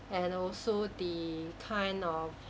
and also the kind of